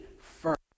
first